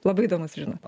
labai įdomu sužinot